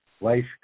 life